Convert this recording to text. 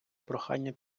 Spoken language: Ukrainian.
прохання